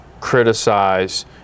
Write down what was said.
criticize